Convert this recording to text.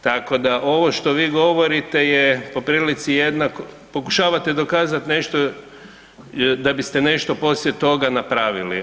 Tako da ovo što vi govorite je po prilici jednako, pokušavate dokazati nešto da biste nešto poslije toga napravili.